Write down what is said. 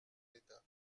d’état